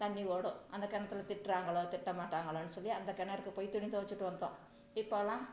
தண்ணி ஓடும் அந்த கிணத்துல திட்டுறாங்களோ திட்டமாட்டாங்களோ சொல்லி அந்த கிணறுக்கு போய் துணி துவச்சிட்டு வந்தோம் இப்போலாம்